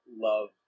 love